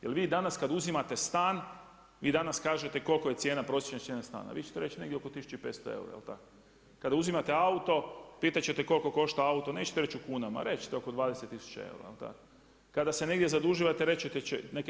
Jel vi danas kada uzimate stan, vi danas kažete koliko je prosječna cijena stana, vi ćete reći negdje oko 1500 eura jel tako, kada uzimate auto pitat ćete koliko košta auto, nećete reći u kunama, reći ćete oko 20 tisuća eura, kada se negdje zadužujete reći ćete neke